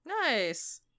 Nice